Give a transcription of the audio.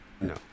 No